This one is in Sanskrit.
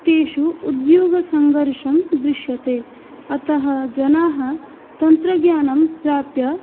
तेषु उद्योगसङ्घर्षः दृश्यते अतः जनाः तन्त्रज्ञानं प्राप्य